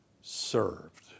served